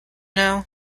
now